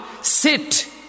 sit